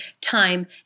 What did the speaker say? time